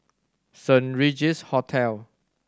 Saint Regis Hotel